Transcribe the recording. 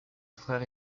frère